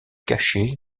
caché